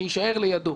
שיישאר לידו